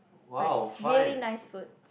but it's really nice food